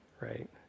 right